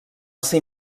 ser